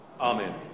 Amen